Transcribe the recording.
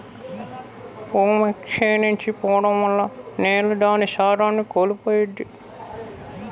భూమి క్షీణించి పోడం వల్ల నేల దాని సారాన్ని కోల్పోయిద్ది